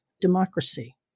democracy